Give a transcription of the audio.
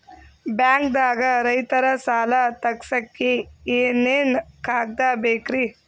ಬ್ಯಾಂಕ್ದಾಗ ರೈತರ ಸಾಲ ತಗ್ಸಕ್ಕೆ ಏನೇನ್ ಕಾಗ್ದ ಬೇಕ್ರಿ?